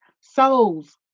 souls